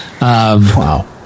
Wow